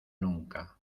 nunca